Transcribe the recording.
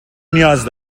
نیاز